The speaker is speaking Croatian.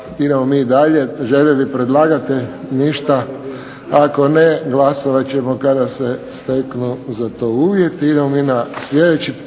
idemo mi dalje. Želi li predlagatelj? Ništa. Ako ne, glasovat ćemo kada se steknu za to uvjeti. **Šeks, Vladimir